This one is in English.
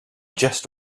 just